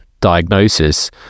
diagnosis